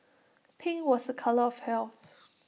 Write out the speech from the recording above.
pink was A colour of health